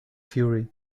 fury